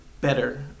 better